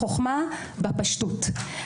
החוכמה בפשטות,